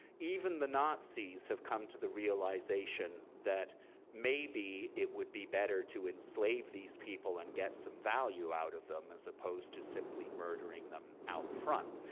even the nazis have come to the realization that maybe it would be better to enslave these people and get some value out of them as opposed to simply murdering them out front.